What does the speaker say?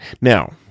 Now